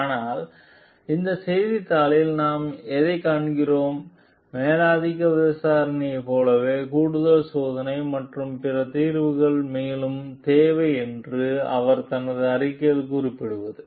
ஆனால் இந்த செய்தித்தாளில் நாம் எதைக் காண்கிறோம் மேலதிக விசாரணையைப் போலவே கூடுதல் சோதனை மற்றும் பிற தீர்வுகள் மேலும் தேவை என்று அவர் தனது அறிக்கையில் கூறியிருப்பது